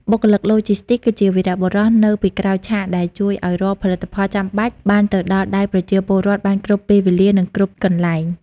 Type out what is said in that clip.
បុគ្គលិកឡូជីស្ទីកគឺជាវីរបុរសនៅពីក្រោយឆាក ដែលជួយឱ្យរាល់ផលិតផលចាំបាច់បានទៅដល់ដៃប្រជាពលរដ្ឋបានគ្រប់ពេលវេលា និងគ្រប់កន្លែង។